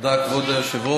תודה, כבוד היושבת-ראש.